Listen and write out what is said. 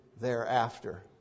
thereafter